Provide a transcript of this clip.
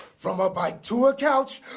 from a bike to a couch